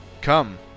come